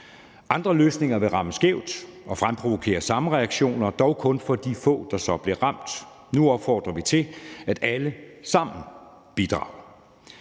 Andre løsninger ville ramme skævt og fremprovokere samme reaktioner, dog kun fra de få, der så blev ramt. Nu opfordrer vi til, at alle sammen bidrager.